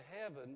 heaven